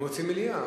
הם רוצים מליאה.